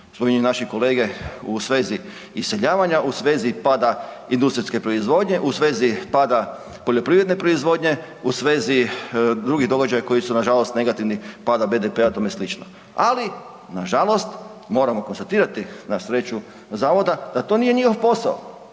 spominju naši kolege u svezi iseljavanja, u svezi pada industrijske proizvodnje, u svezi pada poljoprivredne proizvodnje, u svezi drugih događaja koji su nažalost negativni pada BDP-a i tome slično. Ali nažalost, moramo konstatirati na sreću zavoda da to nije njihov posao